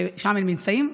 ששם הם נמצאים.